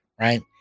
right